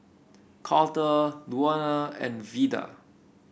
Carter Luana and Veda